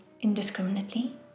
indiscriminately